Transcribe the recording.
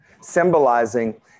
symbolizing